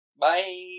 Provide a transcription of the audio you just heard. Bye